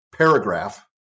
Paragraph